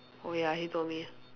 oh ya he told me